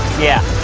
yeah.